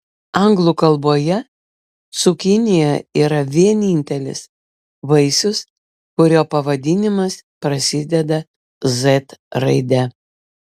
anglų kalboje cukinija yra vienintelis vaisius kurio pavadinimas prasideda z raide